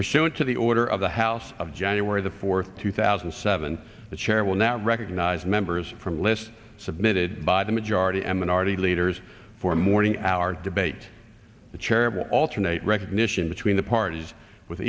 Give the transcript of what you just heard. pursuant to the order of the house of january the fourth two thousand and seven the chair will not recognize members from a list submitted by the majority and minority leaders for morning hour debate the chair of alternate recognition between the parties with